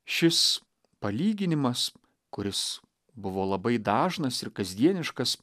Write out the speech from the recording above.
šis palyginimas kuris buvo labai dažnas ir kasdieniškas